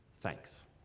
thanks